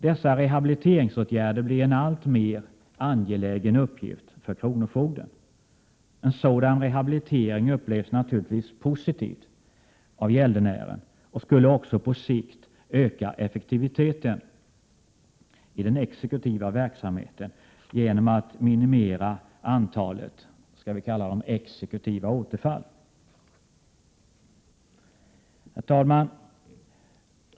Dessa rehabiliteringsåtgärder blir en alltmer angelägen uppgift för kronofogden. En sådan rehabilitering upplevs naturligtvis positivt av gäldenären och skulle också på sikt öka effektiviteten i den exekutiva verksamheten genom att minimera antalet s.k. exekutiva återfall. Herr talman!